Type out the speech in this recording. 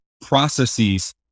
processes